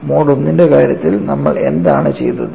mode I ന്റെ കാര്യത്തിൽ നമ്മൾ എന്താണ് ചെയ്തത്